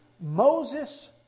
Moses